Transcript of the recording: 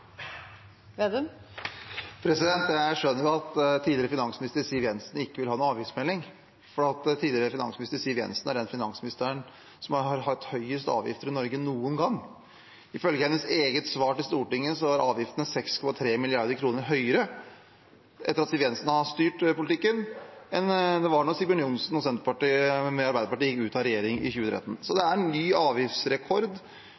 Jeg skjønner at tidligere finansminister Siv Jensen ikke vil ha en avgiftsmelding, for hun er den finansministeren som har hatt høyest avgifter i Norge noen gang. Ifølge hennes eget svar til Stortinget var avgiftene 6,3 mrd. kr høyere etter at Siv Jensen hadde styrt politikken, enn de var da Sigbjørn Johnsen, Arbeiderpartiet og Senterpartiet gikk ut av regjering i 2013.